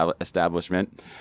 establishment